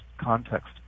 context